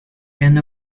and